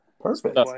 Perfect